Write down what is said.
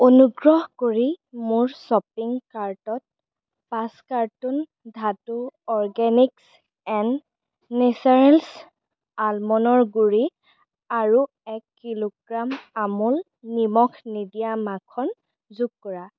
অনুগ্ৰহ কৰি মোৰ শ্ব'পিং কাৰ্টত পাঁচ carton Dhatu organic and naturals আলমণ্ডৰ গুড়ি আৰু এক কিলোগ্ৰাম আমোল নিমখ নিদিয়া মাখন যোগ কৰা